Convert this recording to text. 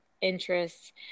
interests